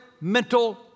mental